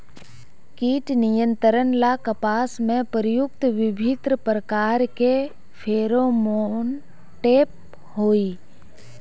कीट नियंत्रण ला कपास में प्रयुक्त विभिन्न प्रकार के फेरोमोनटैप होई?